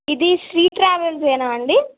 ఇది శ్రీ ట్రావెల్స్ ఏనా అండి